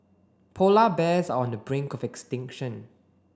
polar bears on the brink of extinction